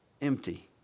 empty